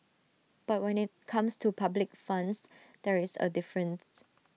but when IT comes to public funds there is A difference